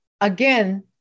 again